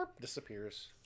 disappears